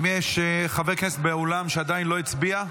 האם יש חבר כנסת באולם שלא הצביע?